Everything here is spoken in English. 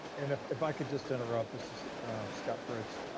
and if if i could just interrupt, this is scott fritz.